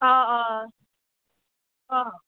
অঁ অঁ অঁ